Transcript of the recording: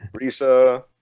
Risa